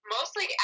Mostly